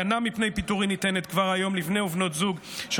הגנה מפני פיטורין ניתנת כבר היום לבני ובנות זוג של